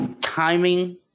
timing